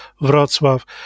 Wrocław